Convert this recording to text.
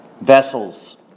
vessels